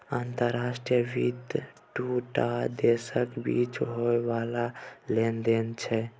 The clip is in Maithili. अंतर्राष्ट्रीय वित्त दू टा देशक बीच होइ बला लेन देन छै